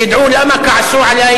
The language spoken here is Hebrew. שידעו למה כעסו עלי,